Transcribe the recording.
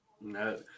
No